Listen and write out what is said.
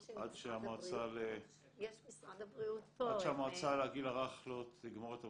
עד שהמועצה לגיל הרך לא תגמור את עבודתה,